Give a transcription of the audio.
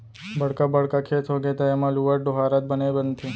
बड़का बड़का खेत होगे त एमा लुवत, डोहारत बने बनथे